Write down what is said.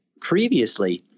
previously